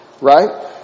right